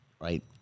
Right